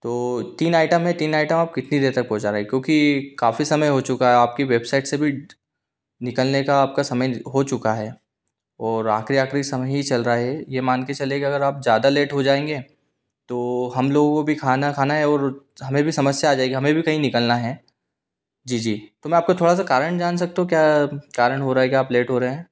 तो तीन आइटम है तीन आइटम आप कितनी देर तक पहुंचा रहे क्योंकि काफ़ी समय हो चुका है आपकी वेबसाइट से भी निकलने का आप का समय हो चुका है और आख़री आख़री समय ही चल रहा है ये मान के चलिए कि अगर आप ज़्यादा लेट हो जाएंगे तो हम लोगों को भी खाना खाना है और हमें भी समस्या आ जाएगी हमें भी कहीं निकलना है जी जी तो मैं आपका थोड़ा सा कारण जान सकता हूँ क्या कारण हो रहा है कि आप लेट हो रहे हैं